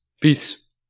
Peace